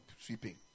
sweeping